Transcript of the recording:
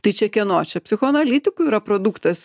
tai čia kieno čia psichoanalitikų yra produktas